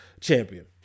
champion